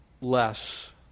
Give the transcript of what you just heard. less